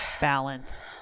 Balance